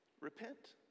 repent